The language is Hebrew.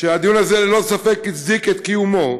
והדיון הזה ללא ספק הצדיק את קיומו,